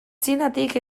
txinatik